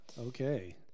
Okay